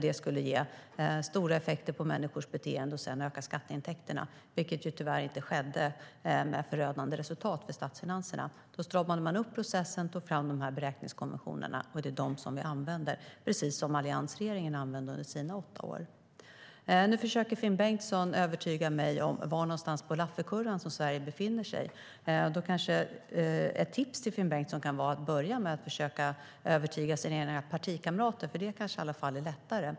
Det skulle då ge stora effekter på människors beteende och öka skatteintäkterna, vilket tyvärr inte skedde med bedövande effekter på statsfinanserna som resultat. Sedan stramade man upp processen och tog fram dessa beräkningskonventioner, och det är dem som vi använder oss av, precis som alliansregeringen gjorde under sina åtta år. Nu försöker Finn Bengtsson övertyga mig om var på Lafferkurvan som Sverige befinner sig. Ett tips till Finn Bengtsson är att börja med att försöka att övertyga sina egna partikamrater, för det hade kanske varit lättare.